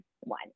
One